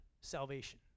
salvation